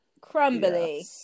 Crumbly